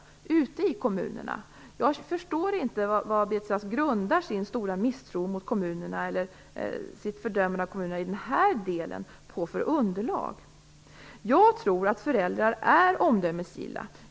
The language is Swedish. Jag förstår inte på vilket underlag som Beatrice Ask i denna del grundar sin stora misstro mot kommunerna eller sitt fördömade av kommunerna. Jag tror att föräldrar är omdömesgilla.